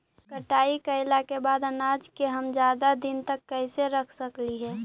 कटाई कैला के बाद अनाज के हम ज्यादा दिन तक कैसे रख सकली हे?